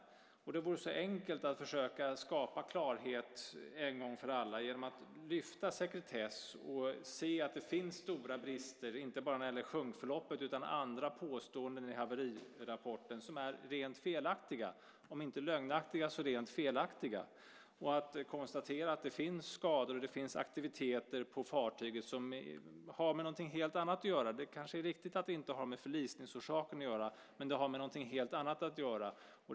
Det skulle vara så enkelt att en gång för alla försöka skapa klarhet genom att lyfta sekretessen och se att det finns stora brister inte bara när det gäller sjunkförloppet utan också när det gäller andra påståenden i haverirapporten som är om inte lögnaktiga så rent felaktiga samt konstatera att det finns skador och att det finns aktiviteter på fartyget som har med någonting helt annat att göra. Det är kanske riktigt att det inte har med förlisningsorsaken att göra; det har med någonting helt annat att göra.